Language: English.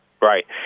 Right